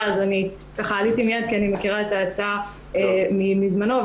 אז עליתי מיד כי אני מכירה את ההצעה שבאה בזמנו,